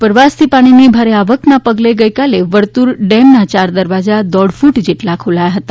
ઉપરવાસથી પાણીની ભારે આવકના પગલે ગઈકાલે વર્તુર ડેમના ચાર દરવાજા દોઢ ફટ જેટલા ખોલાયા હતા